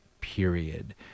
period